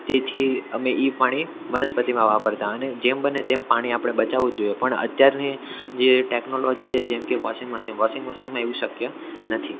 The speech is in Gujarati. તેથી અમે એ પણ વનસ્પતિમાં વાપરતા અને જેમ બને તેમ પાણી આપણે બચાવું જ જોઈએ પણ અત્યારની જે ટેક્નોલોજી છે જેમ કે વોશિંગ મશીન વોશિંગ મશીનમાં એવું શક્ય નથી